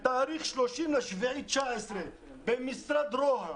בתאריך 30 ביולי 2019 במשרד ראש הממשלה,